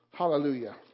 Hallelujah